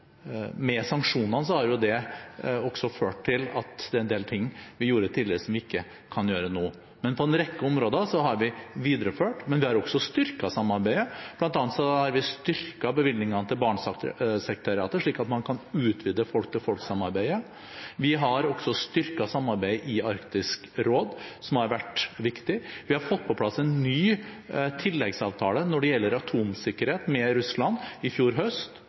Sanksjonene har jo også ført til at det er en del ting vi gjorde tidligere, som vi ikke kan gjøre nå. Men på en rekke områder har vi videreført – men også styrket – samarbeidet. Blant annet har vi styrket bevilgningene til Barentssekretariatet, slik at man kan utvide folk-til-folk-samarbeidet. Vi har også styrket samarbeidet i Arktisk råd, som har vært viktig. Vi har fått på plass en ny tilleggsavtale med Russland når det gjelder atomsikkerhet, i fjor høst.